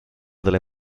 delle